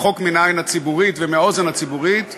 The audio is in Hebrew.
רחוק מן העין הציבורית ומהאוזן הציבורית,